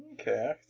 Okay